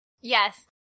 yes